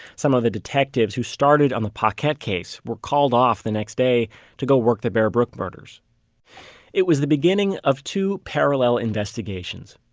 some of the detectives who started on the paquette case were called off the next day to go work the bear brook murders it was the beginning of two parallel investigations.